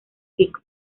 pico